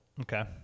Okay